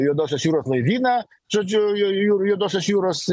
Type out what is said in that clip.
juodosios jūros laivyną žodžiu ju ju juodosios jūros